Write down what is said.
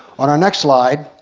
on our next slide